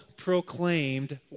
proclaimed